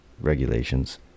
regulations